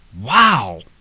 Wow